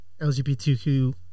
LGBTQ